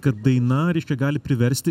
kad daina reiškia gali priversti